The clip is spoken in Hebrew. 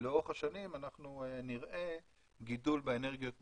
ולאורך השנים נראה גידול באנרגיות מתחדשות,